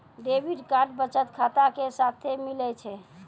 debit card बचत खाता के साथे मिलै छै